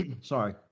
sorry